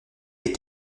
les